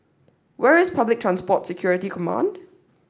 where is Public Transport Security Command